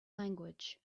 language